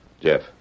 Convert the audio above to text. Jeff